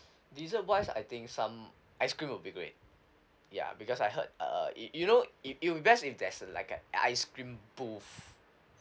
dessert wise I think some ice cream will be great ya because I heard err it you know it it'll be best if there's like an ice cream booth